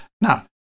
Now